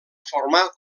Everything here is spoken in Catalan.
formar